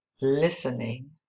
listening